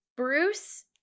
Bruce